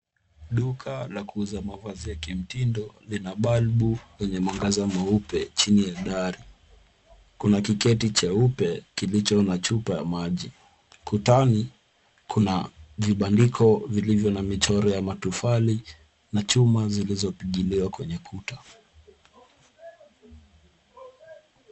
Duka la kuuza mavazi ya kimtindo lina balbu lenye mwangaza mweupe chini ya dari. Kuna kiketi cheupe kilicho na chupa ya maji. Kutani kuna vibandiko vilivyo na michoro ya matofali na chuma zilizopigiliwa kwenye kuta.